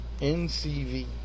NCV